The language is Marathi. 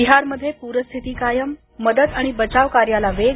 बिहारमध्ये पूरस्थिती कायम मदत आणि बचाव कार्याला वेग